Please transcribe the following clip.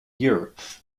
europe